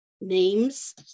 names